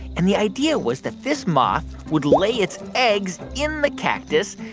and the idea was that this moth would lay its eggs in the cactus.